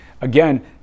again